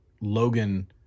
Logan